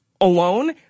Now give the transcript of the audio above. alone